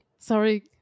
Sorry